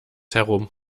herum